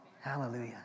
Hallelujah